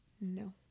No